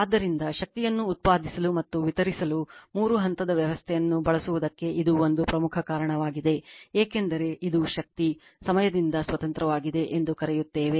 ಆದ್ದರಿಂದ ಶಕ್ತಿಯನ್ನು ಉತ್ಪಾದಿಸಲು ಮತ್ತು ವಿತರಿಸಲು ಮೂರು ಹಂತದ ವ್ಯವಸ್ಥೆಯನ್ನು ಬಳಸುವುದಕ್ಕೆ ಇದು ಒಂದು ಪ್ರಮುಖ ಕಾರಣವಾಗಿದೆ ಏಕೆಂದರೆ ಇದು ಶಕ್ತಿ ಸಮಯದಿಂದ ಸ್ವತಂತ್ರವಾಗಿದೆ ಎಂದು ಕರೆಯುತ್ತೇವೆ